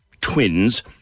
twins